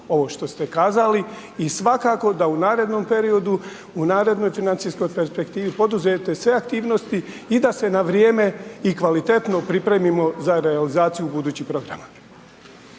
ovo što ste kazali i svakako da u narednom periodu, u narednoj financijskoj perspektivi poduzmete sve aktivnosti i da se na vrijeme i kvalitetno pripremimo za realizaciju budućih programa.